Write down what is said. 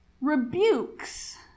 rebukes